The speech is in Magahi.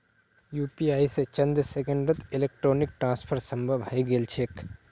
यू.पी.आई स चंद सेकंड्सत इलेक्ट्रॉनिक ट्रांसफर संभव हई गेल छेक